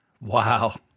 Wow